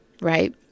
right